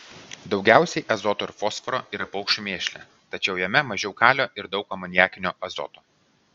daugiausiai azoto ir fosforo yra paukščių mėšle tačiau jame mažiau kalio ir daug amoniakinio azoto